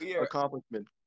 accomplishment